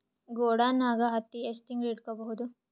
ಗೊಡಾನ ನಾಗ್ ಹತ್ತಿ ಎಷ್ಟು ತಿಂಗಳ ಇಟ್ಕೊ ಬಹುದು?